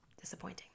disappointing